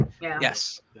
Yes